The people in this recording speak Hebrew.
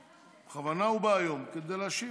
בכוונה הוא בא היום כדי להשיב.